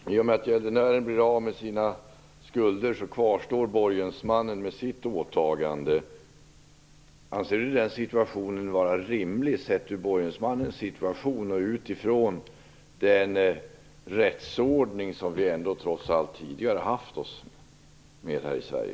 Herr talman! Jag har en fråga till Rune Berglund. I och med att gäldenären blir av med sina skulder kvarstår borgensmannen med sitt åtagande. Anser Rune Berglund att det är rimligt sett ur borgensmannens situation och utifrån den rättsordning som vi trots allt har haft tidigare här i Sverige?